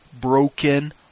broken